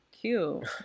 Cute